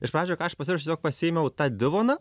iš pradžių ką aš pasiruošiau tiesiog pasiėmiau tą divoną